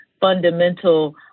fundamental